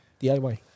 DIY